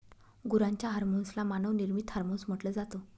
गुरांच्या हर्मोन्स ला मानव निर्मित हार्मोन्स म्हटल जात